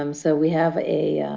um so we have a